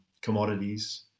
commodities